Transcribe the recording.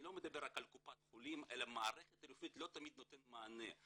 אני לא מדבר רק על קופות חולים אלא המערכת הרפואית לא תמיד נותנת מענה.